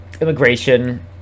immigration